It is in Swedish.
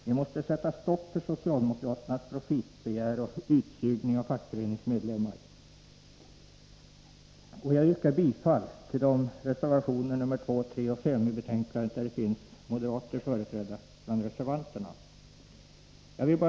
Vi måste sätta stopp för socialdemokraternas profitbegär och utsugning av fackföreningsmedlemmar. Jag yrkar bifall till reservationerna 2, 3 och 5 i betänkandet, där det finns moderater företrädda bland reservanterna.